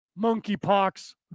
monkeypox